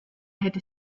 hätte